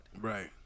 Right